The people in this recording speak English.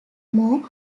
more